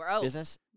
business